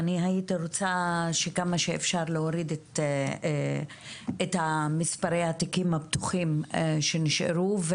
והייתי רוצה כמה שאפשר להוריד את מספרי התיקים הפתוחים שנשארו.